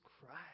Christ